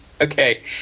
Okay